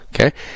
Okay